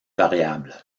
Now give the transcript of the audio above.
variable